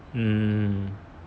mm